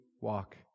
walk